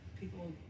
People